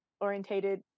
orientated